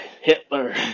Hitler